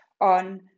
on